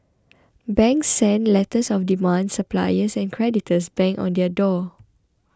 banks sent letters of demand suppliers and creditors banged on their door